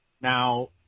Now